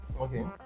okay